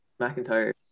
mcintyre